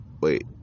wait